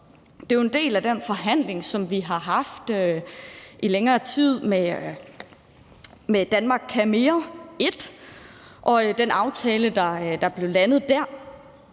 Det er jo en del af den forhandling, som vi har haft i længere tid om »Danmark kan mere I«, og den aftale, der blev landet der.